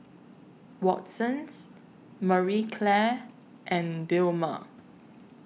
Watsons Marie Claire and Dilmah